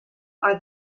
are